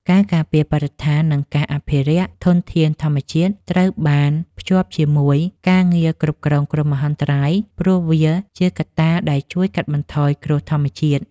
ការការពារបរិស្ថាន និងការអភិរក្សធនធានធម្មជាតិត្រូវបានភ្ជាប់ជាមួយការងារគ្រប់គ្រងគ្រោះមហន្តរាយ ព្រោះវាជាកត្តាដែលជួយកាត់បន្ថយគ្រោះធម្មជាតិ។